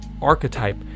archetype